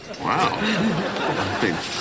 Wow